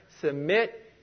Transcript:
submit